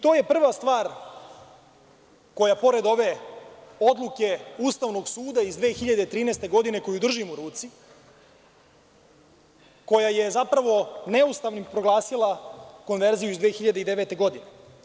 To je prva stvar koja pored ove odluke Ustavnog suda iz 2013. godine, koju držim u ruci, koja je zapravo neustavnim proglasila konverziju iz 2009. godine.